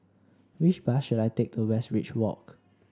which bus should I take to Westridge Walk